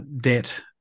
debt